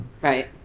right